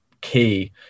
key